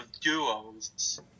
duos